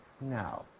now